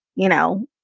you know,